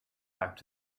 back